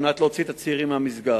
שנועדה להוציא את הצעירים מהמסגד.